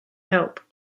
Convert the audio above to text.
help